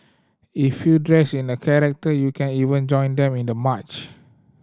if you dressed in a character you can even join them in the march